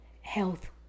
health